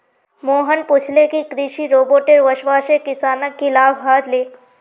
मोहन पूछले कि कृषि रोबोटेर वस्वासे किसानक की लाभ ह ले